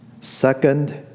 second